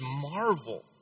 marvel